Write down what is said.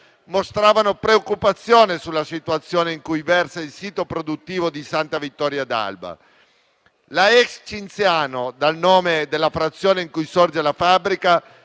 mostravano preoccupazione sulla situazione in cui versa il sito produttivo di Santa vittoria d'Alba. La ex Cinzano, dal nome della frazione in cui sorge la fabbrica,